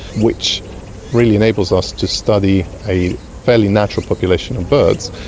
which really enables us to study a fairly natural population of birds,